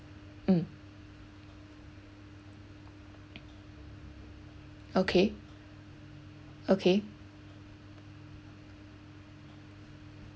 mm okay okay